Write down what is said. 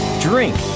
Drink